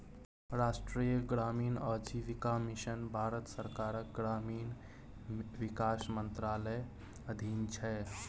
राष्ट्रीय ग्रामीण आजीविका मिशन भारत सरकारक ग्रामीण विकास मंत्रालयक अधीन छै